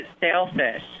sailfish